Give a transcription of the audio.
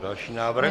Další návrh.